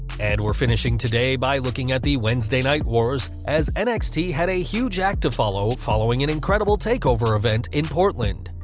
and we're finishing today by looking at the wednesday night wars, as nxt had a huge act to follow, following an incredible takeover event in portland.